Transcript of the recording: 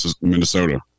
Minnesota